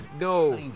No